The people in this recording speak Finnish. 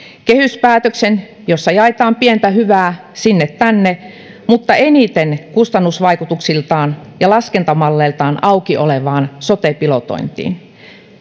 kehyspäätöksen jossa jaetaan pientä hyvää sinne tänne mutta eniten kustannusvaikutuksiltaan ja laskentamalleiltaan auki olevaan sote pilotointiin